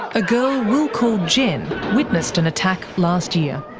a girl we'll call jen witnessed an attack last year.